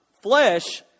flesh